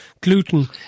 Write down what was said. gluten